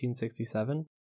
1867